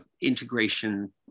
integration